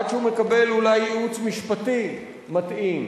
עד שהוא מקבל אולי ייעוץ משפטי מתאים,